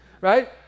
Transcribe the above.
right